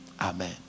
Amen